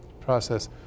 process